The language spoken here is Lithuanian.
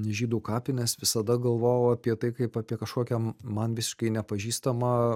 žydų kapines visada galvojau apie tai kaip apie kažkokią man visiškai nepažįstamą